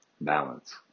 balance